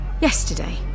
Yesterday